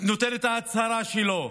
נותן את ההצהרה שלו.